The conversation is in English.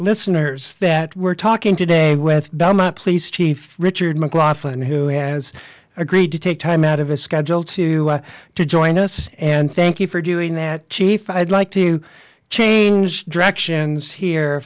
listeners that we're talking today with belmont police chief richard mclaughlin who has agreed to take time out of his schedule to to join us and thank you for doing that chief i'd like to change directions here